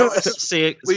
see